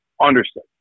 Understood